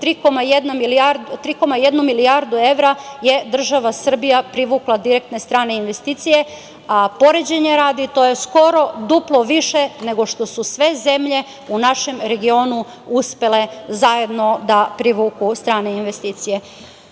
3,1 milijardu evra je država Srbija privukla direktne strane investicije, a poređenja radi to je skoro duplo više nego što su sve zemlje u našem regionu uspele zajedno da privuku strane investicije. Zaista